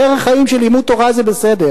דרך חיים של לימוד תורה זה בסדר,